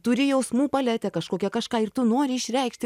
turi jausmų paletę kažkokią kažką ir tu nori išreikšti